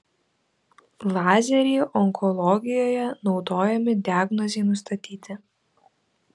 lazeriai onkologijoje naudojami diagnozei nustatyti